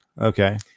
okay